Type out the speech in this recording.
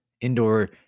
indoor